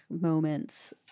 moments